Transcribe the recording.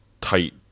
tight